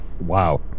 wow